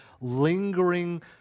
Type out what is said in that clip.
lingering